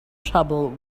trouble